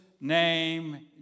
name